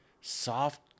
soft